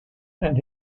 and